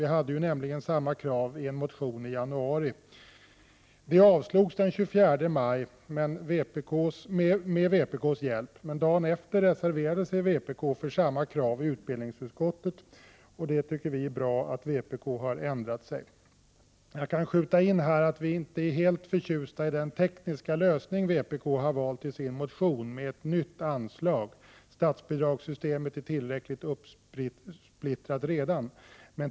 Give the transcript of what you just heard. Vi hade nämligen samma krav i en motion i januari. Den avslogs den 24 maj med vpk:s hjälp. Dagen efter reserverade sig dock vpk till förmån för samma krav i utbildningsutskottet. Vi tycker det är bra att vpk har ändrat sig. Jag kan skjuta in här att vi inte är helt förtjusta över den tekniska lösning med ett nytt anslag som vpk har valt i sin motion. Statsbidragssystemet är redan tillräckligt uppsplittrat.